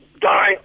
die